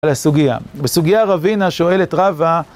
בסוגיה... בסוגיה, רבינא שואלת רבה...